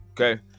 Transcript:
Okay